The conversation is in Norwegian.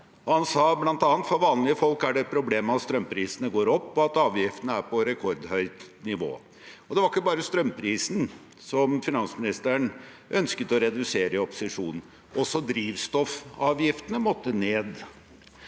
han sa bl.a. at for vanlige folk er det problematisk at strømprisene går opp, og at avgiftene er på et rekordhøyt nivå. Det var ikke bare strømprisen som finansministeren ønsket å redusere i opposisjon. Også drivstoffavgiftene måtte ned.